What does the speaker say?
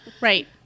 right